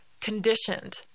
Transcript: conditioned